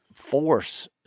force